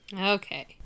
Okay